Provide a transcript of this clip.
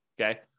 okay